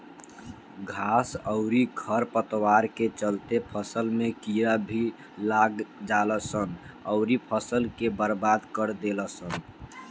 घास अउरी खर पतवार के चलते फसल में कीड़ा भी लाग जालसन अउरी फसल के बर्बाद कर देलसन